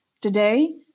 Today